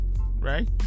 Right